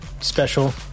special